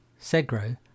Segro